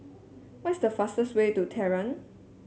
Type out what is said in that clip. what is the fastest way to Tehran